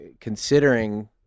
Considering